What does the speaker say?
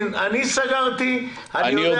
אני יודע